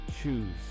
choose